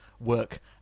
work